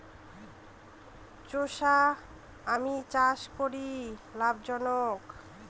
চোষা আম চাষ কি লাভজনক?